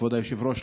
כבוד היושב-ראש,